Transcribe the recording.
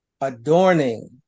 adorning